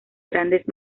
grandes